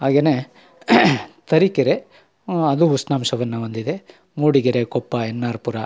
ಹಾಗೇ ತರೀಕೆರೆ ಅದು ಉಷ್ಣಾಂಶವನ್ನು ಹೊಂದಿದೆ ಮೂಡಿಗೆರೆ ಕೊಪ್ಪ ಎನ್ನಾರ್ಪುರ